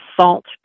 salt